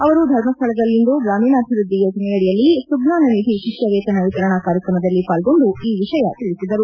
ಅವರು ಧರ್ಮಸ್ಥಳದಲ್ಲಿಂದು ಗ್ರಾಮೀಣಾಭಿವೃದ್ಧಿ ಯೋಜನೆಯಡಿಯಲ್ಲಿ ಸುಜ್ಞಾನ ನಿಧಿ ಶಿಷ್ಕ ವೇತನ ವಿತರಣಾ ಕಾರ್ಯಕ್ರಮದಲ್ಲಿ ಪಾಲ್ಗೊಂಡು ಈ ವಿಷಯ ತಿಳಿಸಿದರು